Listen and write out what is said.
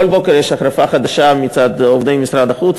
כל בוקר יש החרפה חדשה מצד עובדי משרד החוץ,